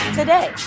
today